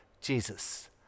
Jesus